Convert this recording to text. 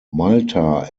malta